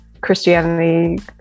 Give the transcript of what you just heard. Christianity